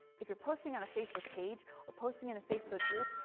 if you're posting on a facebook page or posting in a facebook group,